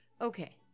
Okay